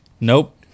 Nope